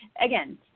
again